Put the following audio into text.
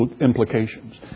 implications